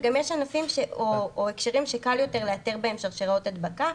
וגם יש ענפים או יש הקשרים שקל יותר לאתר בהם שרשראות הדבקה,